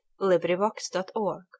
LibriVox.org